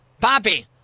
Poppy